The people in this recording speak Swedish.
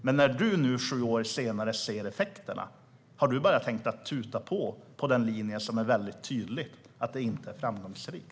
Men när du nu sju år senare ser effekterna, Roland Utbult, har du bara tänkt tuta på, när det är så tydligt att er linje inte varit framgångsrik?